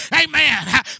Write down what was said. Amen